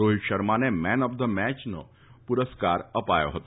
રોહિતે શર્માને man of the મેચનો પુરસ્કાર અપાયો હતો